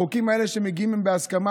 החוקים האלה שמגיעים הם בהסכמה,